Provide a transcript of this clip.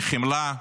לחמלה,